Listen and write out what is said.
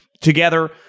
together